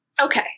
Okay